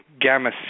gamma